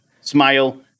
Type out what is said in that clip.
Smile